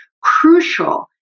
crucial